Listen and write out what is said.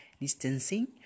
distancing